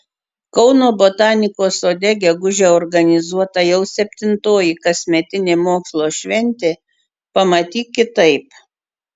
kauno botanikos sode gegužę organizuota jau septintoji kasmetinė mokslo šventė pamatyk kitaip